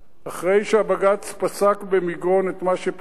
אחרי שבג"ץ פסק לגבי מגרון את מה שפסק,